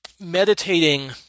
meditating